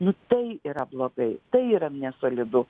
nu tai yra blogai tai yra nesolidu